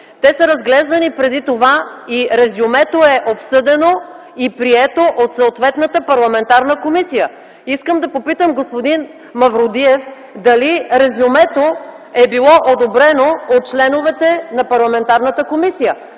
те са разглеждани преди това, и резюмето е обсъдено и прието от съответната парламентарна комисия. Искам да попитам господин Мавродиев дали резюмето е било одобрено от членовете на парламентарната комисия?